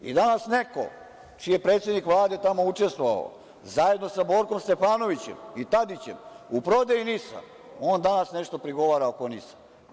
I danas neko čiji je predsednik Vlade tamo učestvovao, zajedno sa Borkom Stefanovićem i Tadićem, u prodaji NIS-a, on danas nešto prigovara oko NIS-a.